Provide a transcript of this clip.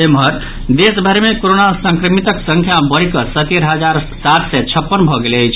एम्हर देशभरि मे कोरोना संक्रमितक संख्या बढ़िकऽ सतरि हजार सात सय छपन भऽ गेल अछि